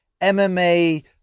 MMA